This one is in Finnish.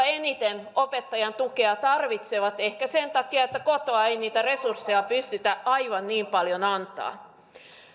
eniten opettajan tukea tarvitsevat ehkä sen takia että kotoa ei niitä resursseja pystytä aivan niin paljon antamaan